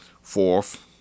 fourth